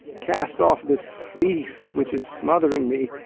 cast off this fleece which is smothering me,